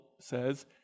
says